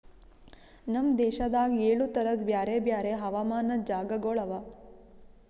ನಮ್ ದೇಶದಾಗ್ ಏಳು ತರದ್ ಬ್ಯಾರೆ ಬ್ಯಾರೆ ಹವಾಮಾನದ್ ಜಾಗಗೊಳ್ ಅವಾ